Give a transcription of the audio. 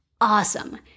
Awesome